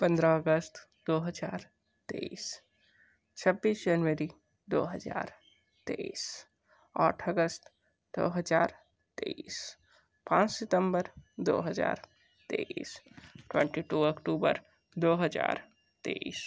पन्द्रह अगस्त दो हज़ार तेईस छब्बीस जनवरी दो हज़ार तेईस आठ अगस्त दो हज़ार तेईस पाँच सितंबर दो हज़ार तेईस ट्वेंटी टू अक्टूबर दो हज़ार तेईस